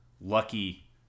lucky